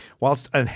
Whilst